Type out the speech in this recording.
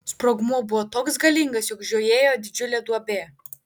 sprogmuo buvo toks galingas jog žiojėjo didžiulė duobė